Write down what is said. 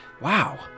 Wow